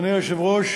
אדוני היושב-ראש,